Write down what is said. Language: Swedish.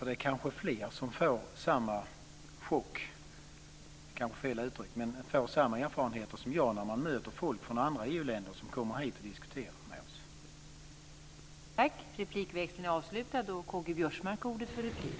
Det är kanske fler som får samma erfarenheter när de möter folk från andra EU-länder som kommer hit för att diskutera med oss.